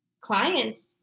clients